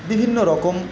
বিভিন্ন রকম